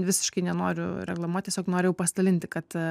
visiškai nenoriu reklamuot tiesiog norėjau pasidalinti kad